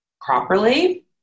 properly